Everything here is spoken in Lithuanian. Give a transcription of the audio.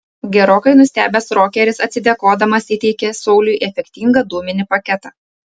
gerokai nustebęs rokeris atsidėkodamas įteikė sauliui efektingą dūminį paketą